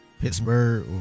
Pittsburgh